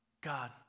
God